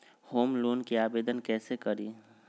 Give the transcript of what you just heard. Home loan के आवेदन कैसे करि?